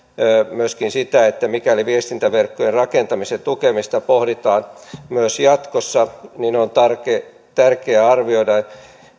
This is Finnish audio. myöskin sitä että mikäli viestintäverkkojen rakentamisen tukemista pohditaan myös jatkossa niin on tärkeää arvioida